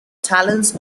talents